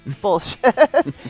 Bullshit